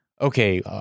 Okay